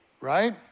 right